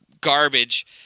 garbage